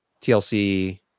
TLC